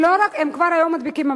הם לא רק, הם כבר היום מדביקים.